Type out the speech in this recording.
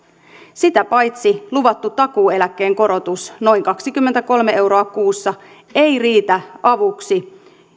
sitä paitsi luvattu takuueläkkeen korotus noin kaksikymmentäkolme euroa kuussa ei riitä avuksi